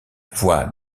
voix